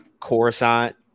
coruscant